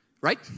right